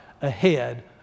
ahead